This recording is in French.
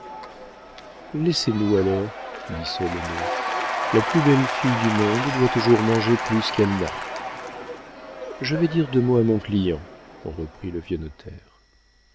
laissez-nous alors dit solonet la plus belle fille du monde doit toujours manger plus qu'elle n'a je vais dire deux mots à mon client reprit le vieux